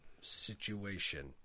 situation